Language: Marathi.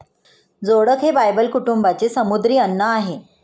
जोडक हे बायबल कुटुंबाचे समुद्री अन्न आहे